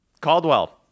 Caldwell